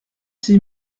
six